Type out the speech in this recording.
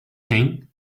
thing